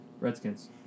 Redskins